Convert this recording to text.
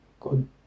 good